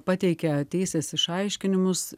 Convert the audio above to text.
pateikė teisės išaiškinimus